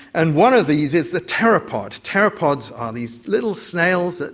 and one of these is the pteropod. pteropods are these little snails,